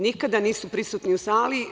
Nikada nisu prisutni u sali.